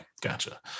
Gotcha